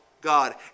God